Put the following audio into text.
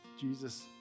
Jesus